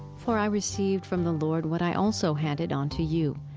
for i received from the lord what i also handed on to you,